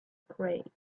pray